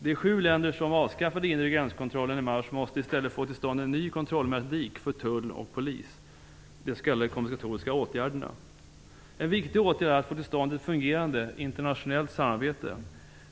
De sju länder som avskaffade den inre gränskontrollen i mars måste i stället få till stånd en ny kontrollmetodik för tull och polis, de s.k. kompensatoriska åtgärderna. En viktig åtgärd är att få till stånd ett fungerande internationellt samarbete.